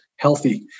healthy